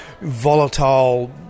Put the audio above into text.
volatile